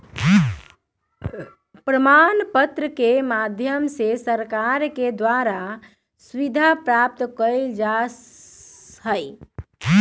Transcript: प्रमाण पत्र के माध्यम से सरकार के द्वारा सुविधा प्राप्त कइल जा हई